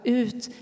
ut